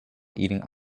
eating